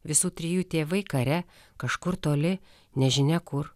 visų trijų tėvai kare kažkur toli nežinia kur